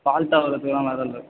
ஃபால்ட்டாக ஆகுறத்துக்குலாம் வேலை இல்லை